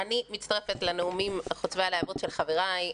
אני מצטרפת לנאומים חוצבי הלהבות של חבריי,